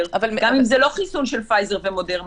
- גם אם זה לא חיסון של פייזר ומודרנה,